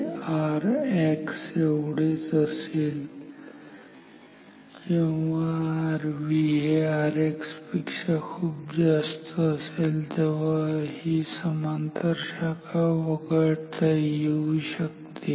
हे Rx एवढेच असेल जेव्हा Rv हे Rx पेक्षा खूप जास्त असेल तेव्हा ही समांतर शाखा वगळता येऊ शकते